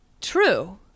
true